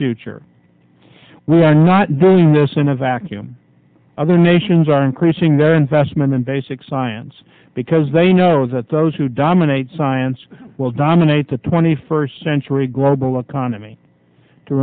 future we are not doing this in a vacuum other nations are increasing their investment in basic science because they know that those who dominate science will dominate the twenty first century global economy to